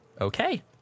okay